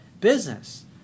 business